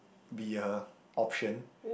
be a option